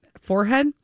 forehead